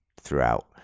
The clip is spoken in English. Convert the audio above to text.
throughout